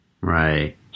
Right